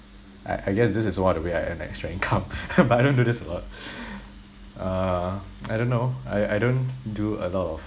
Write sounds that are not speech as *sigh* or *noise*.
I I guess this is one of the way I earn extra income *laughs* but I don't do this a lot uh I don't know I I don't do a lot of